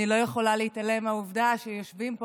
אני לא יכולה להתעלם מהעובדה שיושבים פה